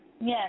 Yes